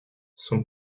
son